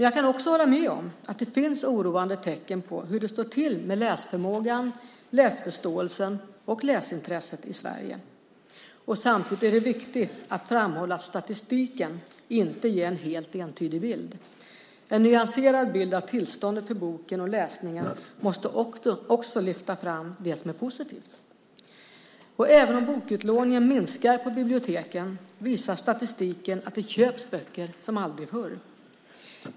Jag kan också hålla med om att det finns oroande tecken på hur det står till med läsförmågan, läsförståelsen och läsintresset i Sverige. Samtidigt är det viktigt att framhålla att statistiken inte ger en helt entydig bild. En nyanserad bild av tillståndet för boken och läsningen måste också lyfta fram det som är positivt. Även om bokutlåningen minskar på biblioteken visar statistiken att det köps böcker som aldrig förr.